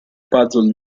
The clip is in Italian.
puzzle